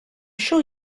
sure